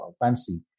fancy